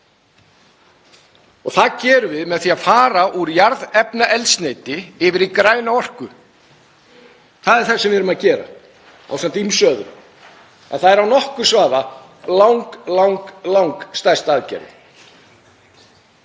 og það gerum við með því að fara úr jarðefnaeldsneyti yfir í græna orku. Það er það sem við erum að gera ásamt ýmsu öðru. Það er án nokkurs vafa langstærsta aðgerðin.